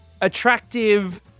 attractive